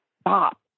stop